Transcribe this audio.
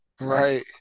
right